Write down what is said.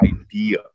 idea